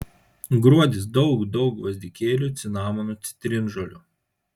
gruodis daug daug gvazdikėlių cinamono citrinžolių